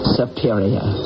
superior